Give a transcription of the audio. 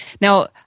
now